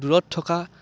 দূৰত থকা